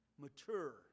Mature